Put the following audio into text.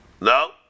No